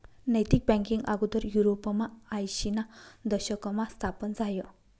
नैतिक बँकींग आगोदर युरोपमा आयशीना दशकमा स्थापन झायं